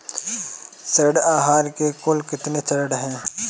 ऋण आहार के कुल कितने चरण हैं?